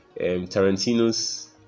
Tarantino's